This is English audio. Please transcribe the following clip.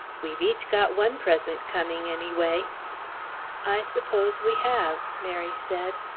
we've each got one present coming, anyway. i s'pose we have. mary said.